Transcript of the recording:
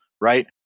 right